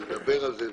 נדבר על זה.